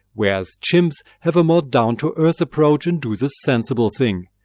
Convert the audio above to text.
whereas chimps have a more down to earth approach and do the sensible thing.